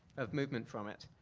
of movement from it.